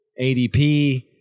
ADP